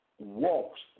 walks